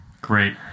Great